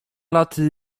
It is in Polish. lat